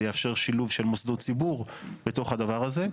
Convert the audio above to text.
זה יאפשר שילוב של מוסדות ציבור בתוך הדבר הזה.